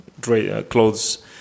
clothes